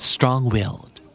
Strong-willed